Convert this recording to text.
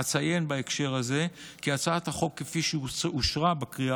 אציין בהקשר הזה כי הצעת החוק כפי שאושרה בקריאה